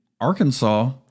Arkansas